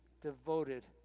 devoted